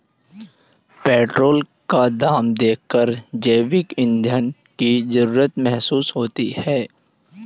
petrol का दाम देखकर जैविक ईंधन की जरूरत महसूस होती है